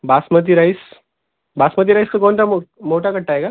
basmati rice basmati राईसचा कोणता मो मोठा कट्टा आहे का